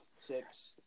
six